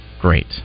great